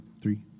three